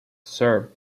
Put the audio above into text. served